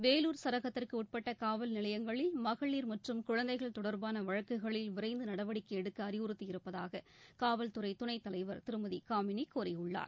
வேலூர் சரகத்திற்கு உட்பட்ட காவல் நிலையங்களில் மகளிர் மற்றும் குழந்தைகள் தொடர்பான வழக்குகளில் விரைந்து நடவடிக்கை எடுக்க அறிவுறுத்தியிருப்பதாக காவல்துறை துணைத் தலைவர் திருமதி காமினி கூறியுள்ளார்